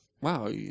wow